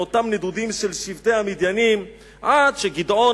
מאותם נדודים של שבטי המדיינים עד שגדעון